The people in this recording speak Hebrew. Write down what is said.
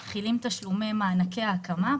מתחילים תשלומי מענקי ההקמה.